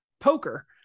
poker